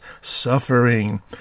suffering